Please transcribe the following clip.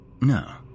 no